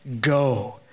Go